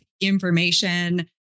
information